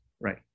right